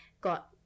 got